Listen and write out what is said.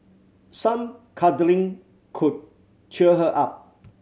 some cuddling could cheer her up